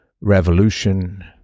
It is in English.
Revolution